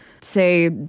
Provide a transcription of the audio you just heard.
say